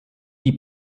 die